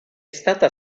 stata